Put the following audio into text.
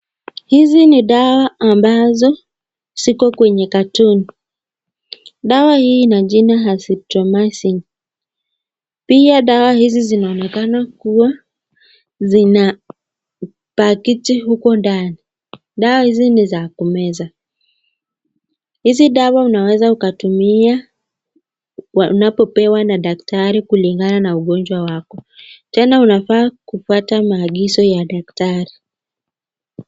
Hizi ni dawa ambazo ziko kwenye katoni. Dawa hii ina jina Azithromycin . Pia dawa hizi zinaonekana kuwa zina pakiti huko ndani. Dawa hizi ni za kumeza. Hizi dawa unaweza ukatumia unapopewa na daktari kulingana na ugonjwa wako. Tena unafaa kufuata maagizo ya daktari.